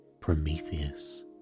Prometheus